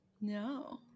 No